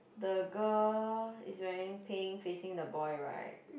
the girl is wearing pink facing the boy right